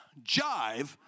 jive